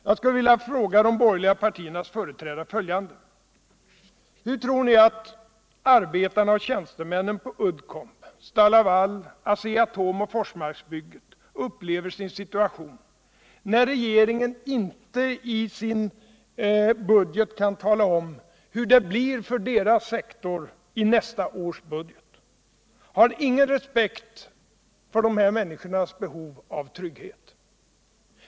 Jag skulle vilja fråga de borgerliga partiernas företrädare följande: Hur tror ni arbetarna och tjänstemännen på Uddcomb, STAL-LAVAL, Asea-Atom och Forsmarksbygget upplever sin situation när regeringen inte i budgeten kan tala om hur det blir för deras sektor i nästa års budget? Har ni ingen respekt för deras behov av trygghet?